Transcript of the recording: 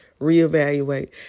reevaluate